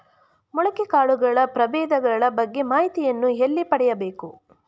ಮೊಳಕೆ ಕಾಳುಗಳ ಪ್ರಭೇದಗಳ ಬಗ್ಗೆ ಮಾಹಿತಿಯನ್ನು ಎಲ್ಲಿ ಪಡೆಯಬೇಕು?